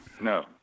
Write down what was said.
No